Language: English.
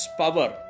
power